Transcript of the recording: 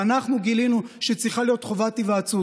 ואנחנו גילינו שצריכה להיות חובת היוועצות,